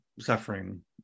suffering